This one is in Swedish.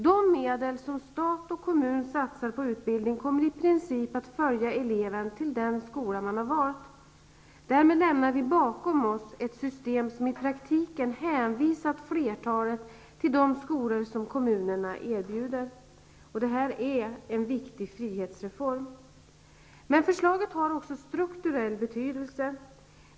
De medel som stat och kommun satsar på utbildning kommer i princip att följa eleven till den skola man har valt. Därmed lämnar vi bakom oss ett system som i praktiken hänvisat flertalet till de skolor som kommunerna erbjuder, och det är en viktig frihetsreform. Men förslaget har också strukturell betydelse.